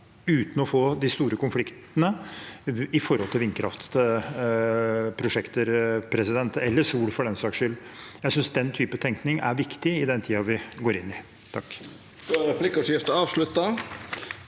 uten å få de store konfliktene i forbindelse med vindkraftprosjekter, eller solprosjekter, for den saks skyld. Jeg synes den type tenkning er viktig i den tiden vi går inn i.